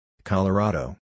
Colorado